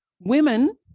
Women